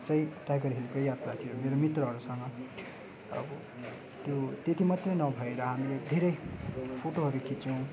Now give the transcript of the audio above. चाहिँ टाइगर हिलकै यात्रा थियो मेरो मित्रहरूसँग अब त्यो त्यति मात्र नभएर हामीले धेरै फोटोहरू खिच्यौँ